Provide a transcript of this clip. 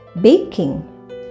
Baking